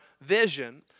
vision